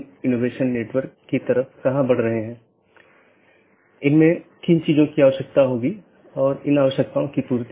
यह BGP का समर्थन करने के लिए कॉन्फ़िगर किया गया एक राउटर है